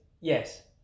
yes